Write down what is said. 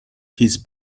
his